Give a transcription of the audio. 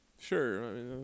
Sure